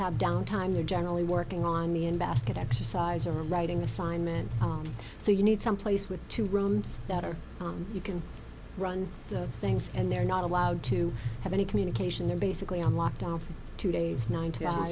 have downtime they're generally working on me in basket exercise or writing a sign so you need some place with two rooms that are you can run things and they're not allowed to have any communication they're basically on lockdown for two days ni